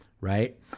right